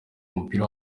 mupira